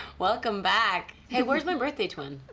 welcome back. hey, where's my birthday twin.